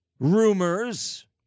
Rumors